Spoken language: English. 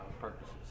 purposes